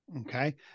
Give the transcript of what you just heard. Okay